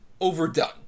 overdone